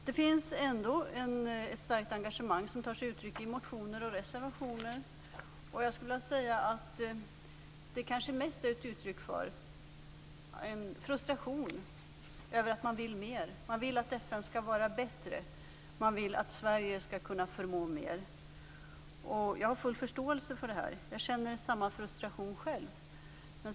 Det finns ändå ett starkt engagemang, som tar sig uttryck i motioner och reservationer. Dessa är kanske mest ett uttryck för en frustration över att man vill mer. Man vill att FN skall vara bättre. Man vill att Sverige skall förmå mer. Jag har full förståelse för detta. Jag känner samma frustration själv.